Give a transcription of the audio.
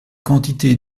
quantité